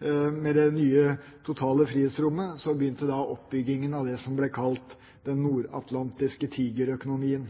og med det nye totale frihetsrommet begynte oppbyggingen av det som ble kalt «den nordatlantiske tigerøkonomien».